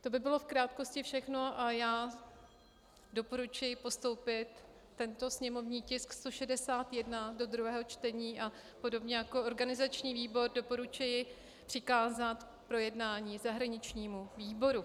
To by bylo v krátkosti všechno a já doporučuji postoupit tento sněmovní tisk 161 do druhého čtení a podobně jako organizační výbor doporučuji přikázat k projednání zahraničnímu výboru.